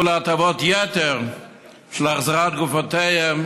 להטבות יתר על חשבון החזרת גופותיהם,